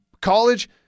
College